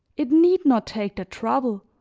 it need not take the trouble,